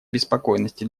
обеспокоенности